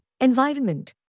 Environment